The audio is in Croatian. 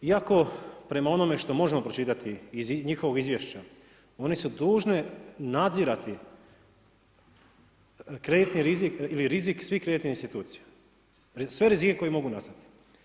Iako prema onome što možemo pročitati iz njihovog izvješća, oni su dužni nadzirati kreditni rizik ili rizik svih kreditnih institucija, sve rizike koji mogu nastati.